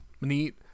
neat